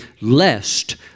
lest